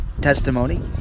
testimony